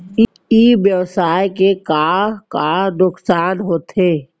ई व्यवसाय के का का नुक़सान होथे?